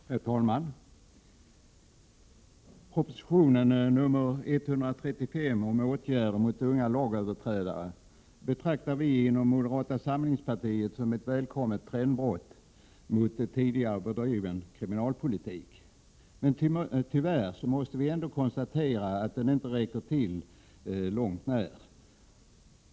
Herr talman! Proposition nr 135 om åtgärder mot unga lagöverträdare betraktar vi i moderata samlingspartiet som ett välkommet trendbrott mot tidigare bedriven kriminalpolitik. Men vi måste tyvärr konstatera att den ändå inte på långt när räcker till.